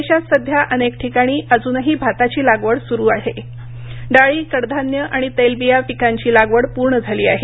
देशात सध्या अनेक ठिकाणी अजूनही भाताची लागवड सुरु असून डाळी कडधान्य आणि तेल बिया पिकांची लागवड पूर्ण झाली आहे